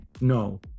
No